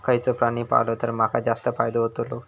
खयचो प्राणी पाळलो तर माका जास्त फायदो होतोलो?